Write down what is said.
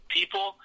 people